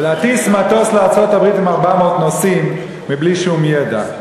ולהטיס לארצות-הברית מטוס עם 400 נוסעים בלי שום ידע.